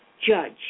judge